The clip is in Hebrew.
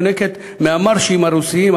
היונקת מהמארשים הרוסיים,